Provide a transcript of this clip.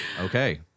okay